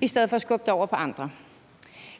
i stedet for at skubbe det over på andre.